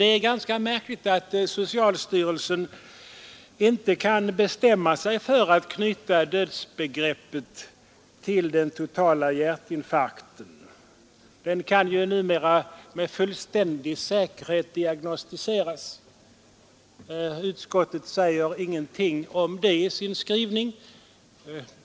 Det är ganska märkligt att socialstyrelsen inte kan bestämma sig för att knyta dödsbegreppet till den totala hjärninfarkten; den kan ju numera med fullständig säkerhet diagnostiseras. Utskottet säger ingenting om det i sin skrivning.